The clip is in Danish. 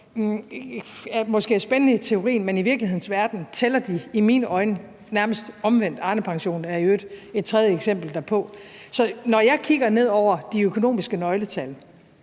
måske er spændende i teorien, men i virkelighedens verden og i mine øjne tæller de nærmest omvendt. Arnepensionen er i øvrigt et tredje eksempel derpå. Så når jeg kigger ned over de økonomiske nøgletal,